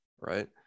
right